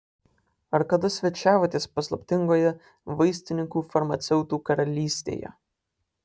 ar kada svečiavotės paslaptingoje vaistininkų farmaceutų karalystėje